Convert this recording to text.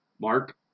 Mark